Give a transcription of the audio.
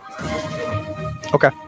Okay